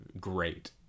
great